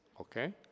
okay